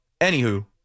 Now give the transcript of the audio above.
Anywho